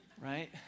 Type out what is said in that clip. right